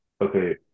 Okay